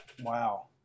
wow